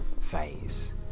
phase